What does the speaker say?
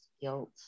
guilt